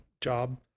job